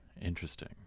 Interesting